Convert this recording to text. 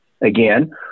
again